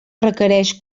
requereix